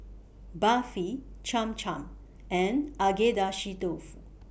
Barfi Cham Cham and Agedashi Dofu